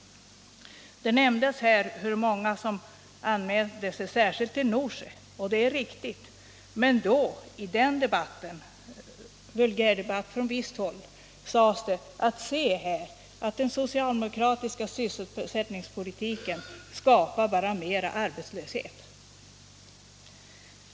Det nämndes här hur många som anmält sig, särskilt i Norsjö, och det är riktigt. I den vulgärdebatt som fördes från visst håll då sades det: Se här, den socialdemokratiska sysselsättningspolitiken skapar bara mer arbetslöshet.